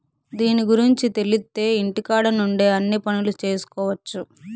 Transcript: దీని గురుంచి తెలిత్తే ఇంటికాడ నుండే అన్ని పనులు చేసుకొవచ్చు